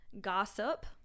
gossip